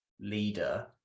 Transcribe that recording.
leader